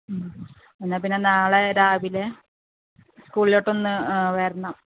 എന്നാൽ പിന്നെ നാളെ രാവിലെ സ്കൂളിലോട്ട് ഒന്ന് വരണം